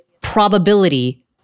probability